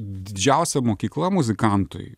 didžiausia mokykla muzikantui